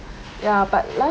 ya but la~